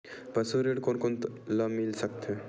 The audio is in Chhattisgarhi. पशु ऋण कोन कोन ल मिल सकथे?